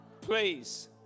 Please